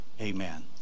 amen